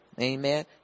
Amen